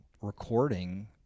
recording